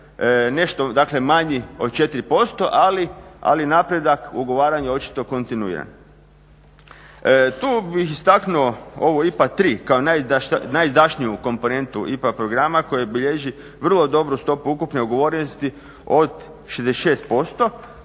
dakle manji od 4%, ali napredak ugovaranja je očito kontinuiran. Tu bih istaknuo ovu IPA III kao najizdašniju komponentu IPA programa koji bilježi vrlo dobru stopu ukupne ugovorenosti od 66%,